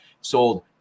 sold